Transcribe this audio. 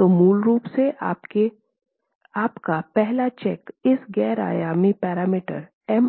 तो मूल रूप से आपका पहला चेक इस गैर आयामी पैरामीटर M